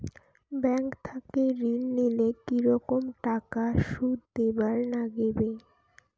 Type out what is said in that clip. Bank থাকি ঋণ নিলে কি রকম টাকা সুদ দিবার নাগিবে?